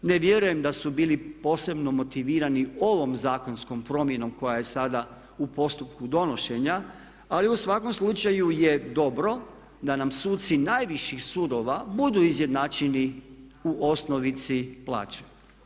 Ne vjerujem da su bili posebno motivirani ovom zakonom promjenom koja je sada u postupku donošenja, ali u svakom slučaju je dobro da nam suci najviših sudova budu izjednačeni u osnovici plaće.